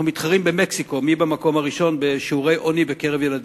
אנחנו מתחרים במקסיקו מי במקום הראשון בשיעורי עוני בקרב ילדים.